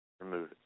remove